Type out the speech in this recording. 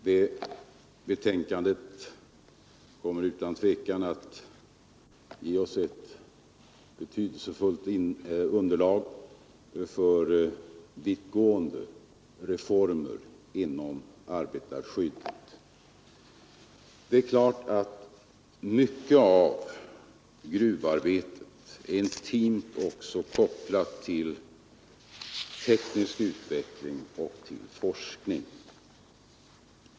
Det betänkandet kommer utan tvekan att ge oss ett betydelsefullt underlag för vittgående reformer inom arbetarskyddet. Det är klart att mycket av gruvarbetet är intimt kopplat också till teknisk utveckling och till forskning.